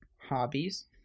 hobbies